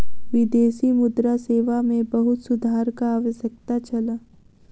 विदेशी मुद्रा सेवा मे बहुत सुधारक आवश्यकता छल